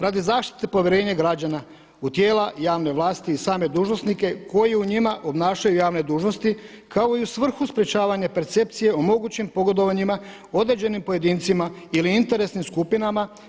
Radi zaštite povjerenja građana u tijela javne vlasti i same dužnosnike koji u njima obnašaju javne dužnosti kao i u svrhu sprječavanja percepcije o mogućim pogodovanjima određenim pojedincima ili interesnim skupinama.